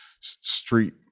street